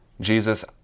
Jesus